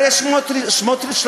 הרי סמוטריץ,